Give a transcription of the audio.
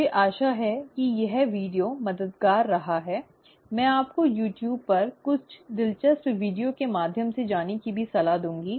मुझे आशा है कि यह वीडियो मददगार रहा है मैं आपको YouTube पर कुछ दिलचस्प वीडियो के माध्यम से जाने की भी सलाह दूंगा